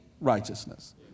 righteousness